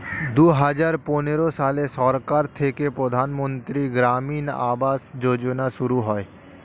দুহাজার পনেরো সালে সরকার থেকে প্রধানমন্ত্রী গ্রামীণ আবাস যোজনা শুরু হয়